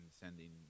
sending